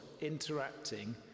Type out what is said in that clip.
interacting